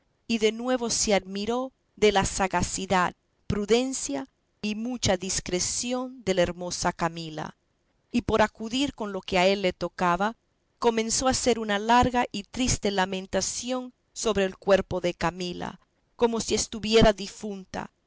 y de nuevo se admiró de la sagacidad prudencia y mucha discreción de la hermosa camila y por acudir con lo que a él le tocaba comenzó a hacer una larga y triste lamentación sobre el cuerpo de camila como si estuviera difunta